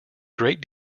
great